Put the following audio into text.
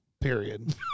Period